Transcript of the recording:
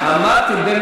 אמרתי: